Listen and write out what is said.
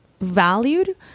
valued